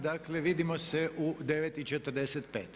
Dakle, vidimo se u 9,45.